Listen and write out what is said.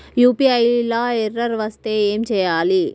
UPI లా error వస్తే ఏం చేయాలి?